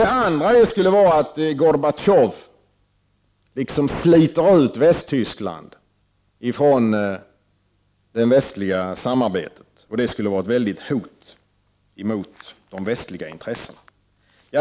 Det andra skulle vara att Gorbatjov liksom sliter ut Västtyskland ifrån det västliga samarbetet. Det skulle då vara ett väldigt hot mot de västliga intressena.